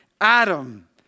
Adam